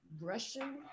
Russian